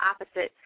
opposite